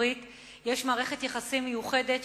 ולארצות-הברית יש מערכת יחסים מיוחדת,